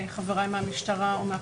לפי המצב הפוליטי.